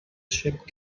ship